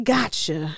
Gotcha